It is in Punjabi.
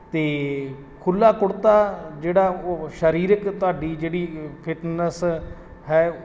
ਅਤੇ ਖੁੱਲ੍ਹਾ ਕੁੜਤਾ ਜਿਹੜਾ ਉਹ ਸਰੀਰਿਕ ਤੁਹਾਡੀ ਜਿਹੜੀ ਫਿੱਟਨੈਸ ਹੈ